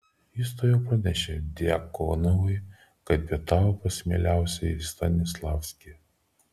jis tuojau pranešė djakonovui kad pietavo pas mieliausiąjį stanislavskį